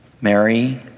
Mary